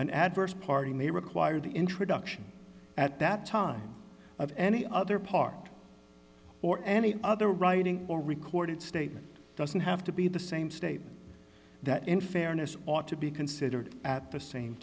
an adverse party may require the introduction at that time of any other part or any other writing or recorded statement doesn't have to be the same statement that in fairness ought to be considered at the same